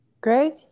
Greg